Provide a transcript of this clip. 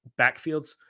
backfields